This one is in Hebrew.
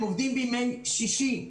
הם עובדים בימי שישי.